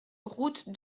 route